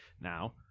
Now